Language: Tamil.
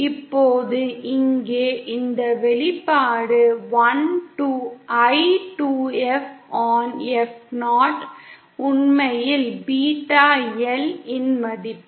இப்போது இங்கே இந்த வெளிப்பாடு I 2F on F 0 உண்மையில் பீட்டா எல் இன் மதிப்பு